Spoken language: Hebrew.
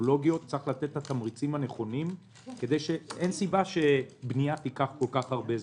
לתת את התמריצים הנכונים כי אין סיבה שבנייה תיקח כל כך הרבה זמן.